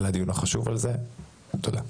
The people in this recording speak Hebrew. תודה.